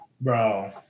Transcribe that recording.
Bro